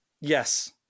yes